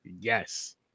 Yes